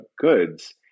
goods